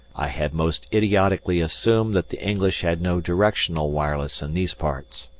i had most idiotically assumed that the english had no directional wireless in these parts.